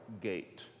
gate